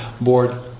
board